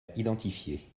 identifiés